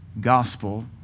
gospel